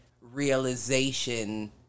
realization